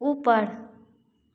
ऊपर